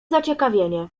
zaciekawienie